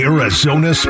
Arizona